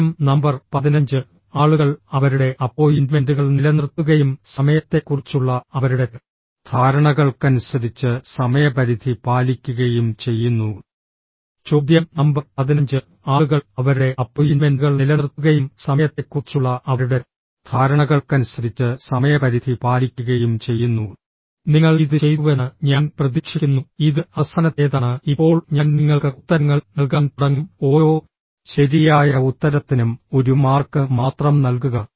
ചോദ്യം നമ്പർ 15 ആളുകൾ അവരുടെ അപ്പോയിന്റ്മെന്റുകൾ നിലനിർത്തുകയും സമയത്തെക്കുറിച്ചുള്ള അവരുടെ ധാരണകൾക്കനുസരിച്ച് സമയപരിധി പാലിക്കുകയും ചെയ്യുന്നു ചോദ്യം നമ്പർ 15 ആളുകൾ അവരുടെ അപ്പോയിന്റ്മെന്റുകൾ നിലനിർത്തുകയും സമയത്തെക്കുറിച്ചുള്ള അവരുടെ ധാരണകൾക്കനുസരിച്ച് സമയപരിധി പാലിക്കുകയും ചെയ്യുന്നു നിങ്ങൾ ഇത് ചെയ്തുവെന്ന് ഞാൻ പ്രതീക്ഷിക്കുന്നു ഇത് അവസാനത്തേതാണ് ഇപ്പോൾ ഞാൻ നിങ്ങൾക്ക് ഉത്തരങ്ങൾ നൽകാൻ തുടങ്ങും ഓരോ ശരിയായ ഉത്തരത്തിനും ഒരു മാർക്ക് മാത്രം നൽകുക